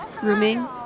grooming